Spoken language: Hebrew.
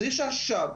צריך שעכשיו,